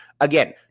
Again